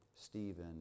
Stephen